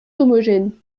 homogène